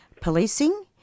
policing